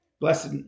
blessed